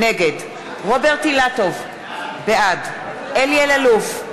נגד רוברט אילטוב, בעד אלי אלאלוף,